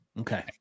Okay